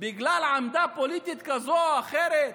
בגלל עמדה פוליטית כזאת או אחרת?